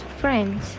friends